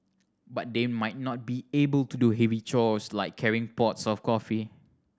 but they might not be able to do heavy chores like carrying pots of coffee